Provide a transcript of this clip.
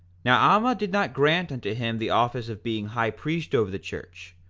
now alma did not grant unto him the office of being high priest over the church,